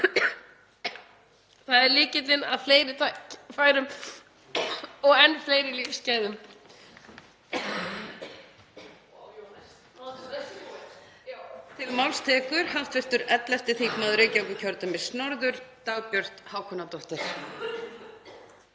Það er lykillinn að fleiri tækifærum og enn meiri lífsgæðum.